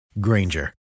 Granger